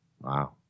Wow